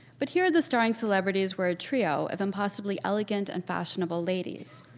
but here the starring celebrities were a trio of impossibly elegant and fashionable ladies,